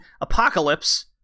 apocalypse